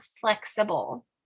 flexible